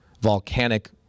volcanic